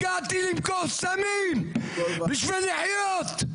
הגעתי למכור סמים בשביל לחיות.